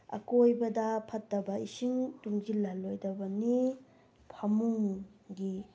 ꯑꯀꯣꯏꯕꯗ ꯐꯠꯇꯕ ꯏꯁꯤꯡ ꯇꯨꯡꯁꯤꯜꯍꯜꯂꯣꯏꯗꯕꯅꯤ ꯐꯃꯨꯡꯒꯤ